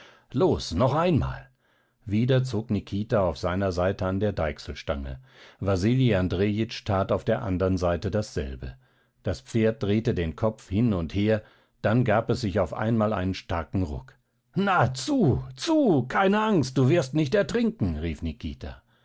los noch einmal wieder zog nikita auf seiner seite an der deichselstange wasili andrejitsch tat auf der andern seite dasselbe das pferd drehte den kopf hin und her dann gab es sich auf einmal einen starken ruck na zu zu keine angst du wirst nicht ertrinken rief nikita